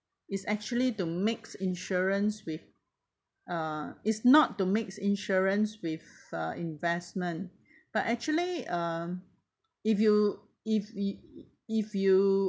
is actually to mix insurance with uh is not to mix insurance with uh investment but actually um if you if we if you